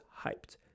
hyped